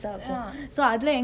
ya